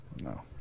no